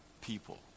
people